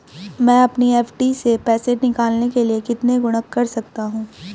मैं अपनी एफ.डी से पैसे निकालने के लिए कितने गुणक कर सकता हूँ?